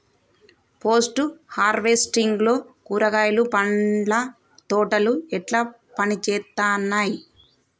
Post harvesting లో కూరగాయలు పండ్ల తోటలు ఎట్లా పనిచేత్తనయ్?